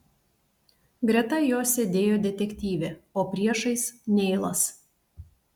greta jo sėdėjo detektyvė o priešais neilas